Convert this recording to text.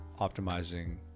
optimizing